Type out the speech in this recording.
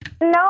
No